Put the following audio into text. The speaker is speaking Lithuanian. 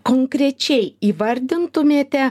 konkrečiai įvardintumėte